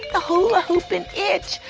the hula-hoopin' itch.